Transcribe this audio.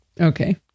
Okay